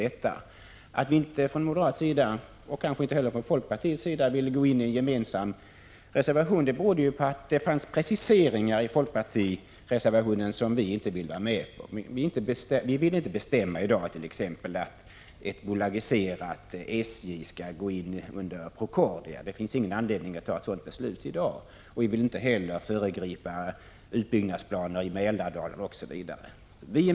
Att vi inte från moderat sida och kanske inte heller från folkpartiets sida ville gå in i en gemensam reservation berodde på att det fanns preciseringar i folkpartiets reservation som vi inte ville vara med på. Vi ville t.ex. inte bestämma i dag att ett bolagiserat SJ skall gå in under Procordia — det finns ingen anledning att ta ett sådant beslut i dag. Vi ville inte heller föregripa utbyggnadsplanerna i Mälardalen osv.